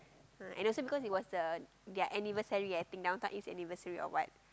and also because it was the their anniversary I think Downtown East anniversary or what